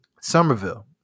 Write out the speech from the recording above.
Somerville